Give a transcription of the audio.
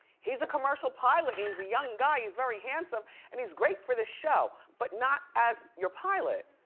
he's a commercial pilot. he's a young guy, he's very handsome, and he's great for the show. but not as your pilot.